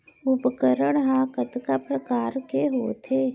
उपकरण हा कतका प्रकार के होथे?